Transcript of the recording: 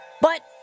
But-